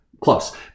Close